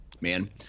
man